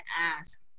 ask